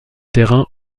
terrains